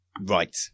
Right